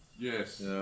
Yes